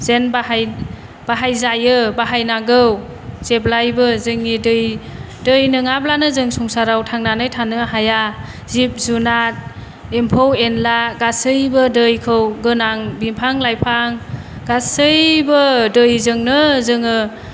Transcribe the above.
जेन बाहाय बाहायजायो बाहायनांगौ जेब्लायबो जोंनि दै दै नङाब्लानो जों संसाराव थांनानै थानो हाया जिब जुनार एम्फौ एन्ला गासैबो दैखौ गोनां बिफां लाइफां गासैबो दैजोंनो जोङो